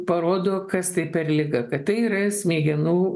parodo kas tai per liga kad tai yra smegenų